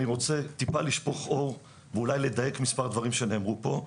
אני רוצה טיפה לשפוך אור ואולי לדייק מספר דברים שנאמרו פה,